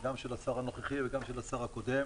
גם של השר הנוכחי וגם של השר הקודם